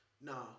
Nah